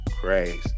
crazy